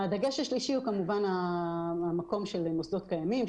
הדגש השלישי הוא כמובן המקום של מוסדות קיימים,